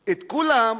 את כולם,